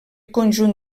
conjunt